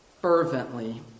fervently